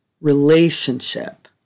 relationship